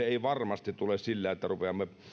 ei varmasti tule sillä että rupeamme